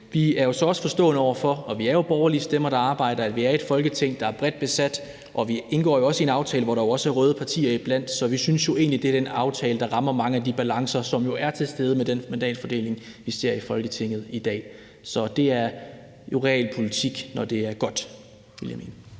Vi er så også forstående over for – vi er jo borgerlige stemmer, der arbejder – at vi er i et Folketing, der er bredt besat, og vi indgår jo i en aftale, hvor der også er røde partier iblandt. Så vi synes egentlig, det er en aftale, der rammer mange af de balancer, som jo er til stede med den mandatfordeling, vi ser i Folketinget i dag. Så det er realpolitik, når det er godt, ville jeg mene.